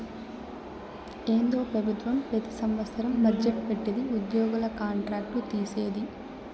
ఏందో పెబుత్వం పెతి సంవత్సరం బజ్జెట్ పెట్టిది ఉద్యోగుల కాంట్రాక్ట్ లు తీసేది